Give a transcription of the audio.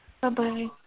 Bye-bye